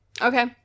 okay